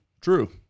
true